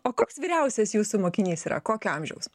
o koks vyriausias jūsų mokinys yra kokio amžiaus